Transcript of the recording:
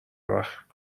وقت